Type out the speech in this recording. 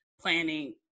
planning